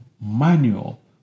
manual